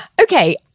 Okay